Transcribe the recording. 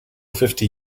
fifty